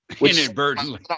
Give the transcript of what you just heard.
Inadvertently